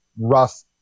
rough